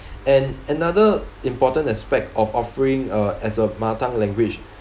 and another important aspect of offering uh as a mother tongue language